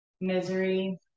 misery